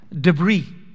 Debris